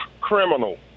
criminal